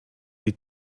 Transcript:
die